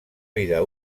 vida